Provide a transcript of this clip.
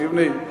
הגברת לבני,